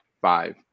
five